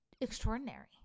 extraordinary